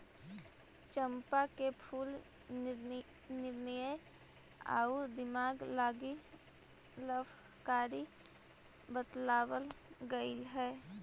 चंपा के फूल निर्णय आउ दिमाग लागी लाभकारी बतलाबल गेलई हे